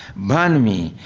burn me!